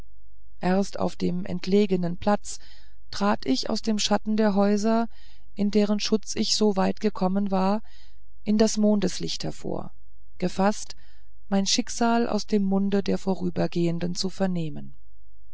erst auf einem entlegenen platz trat ich aus dem schatten der häuser in deren schutz ich so weit gekommen war an das mondeslicht hervor gefaßt mein schicksal aus dem munde der vorübergehenden zu vernehmen